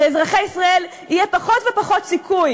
לאזרחי ישראל יהיה פחות ופחות סיכוי